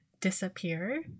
disappear